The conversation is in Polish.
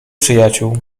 przyjaciół